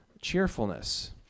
cheerfulness